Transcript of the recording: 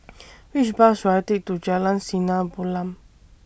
Which Bus should I Take to Jalan Sinar Bulan